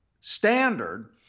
standard